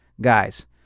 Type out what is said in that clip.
Guys